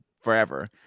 forever